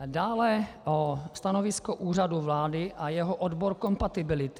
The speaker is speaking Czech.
A dále o stanovisko Úřadu vlády a jeho odbor kompatibility.